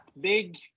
big